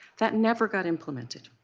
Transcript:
that never got implemented.